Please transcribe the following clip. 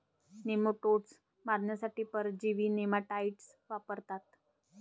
nematodes मारण्यासाठी परजीवी nematicides वापरतात